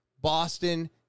Boston